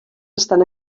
estan